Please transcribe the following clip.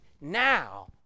now